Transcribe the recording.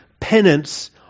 penance